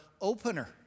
opener